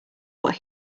what